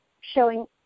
showing